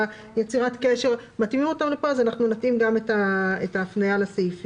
יצירת קשר אז אנחנו נתאים גם את ההפניה לתקנות.